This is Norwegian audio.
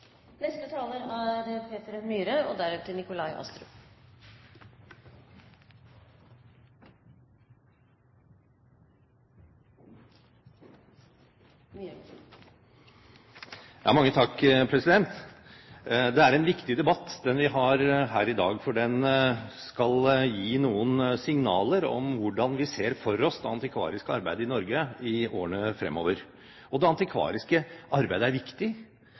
Det er en viktig debatt vi har her i dag, for den skal gi noen signaler om hvordan vi ser for oss det antikvariske arbeidet i Norge i årene fremover, og det antikvariske arbeidet er viktig.